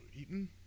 Eaton